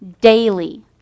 daily